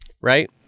right